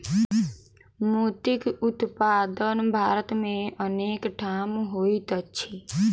मोतीक उत्पादन भारत मे अनेक ठाम होइत अछि